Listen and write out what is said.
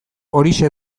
horixe